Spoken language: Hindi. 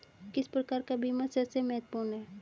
किस प्रकार का बीमा सबसे महत्वपूर्ण है?